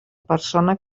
persona